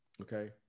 Okay